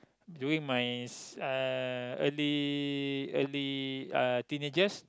during my uh early early uh teenagers